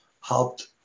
helped